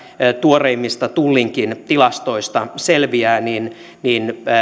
tuoreimmista tullinkin tilastoista selviää